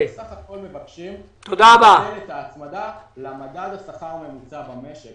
אנחנו בסך הכול מבקשים לבטל את ההצמדה למדד השכר הממוצע במשק.